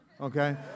okay